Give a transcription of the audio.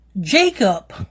Jacob